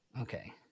Okay